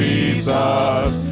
Jesus